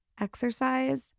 exercise